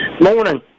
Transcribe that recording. Morning